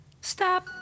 Stop